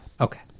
Okay